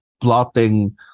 plotting